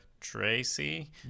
Tracy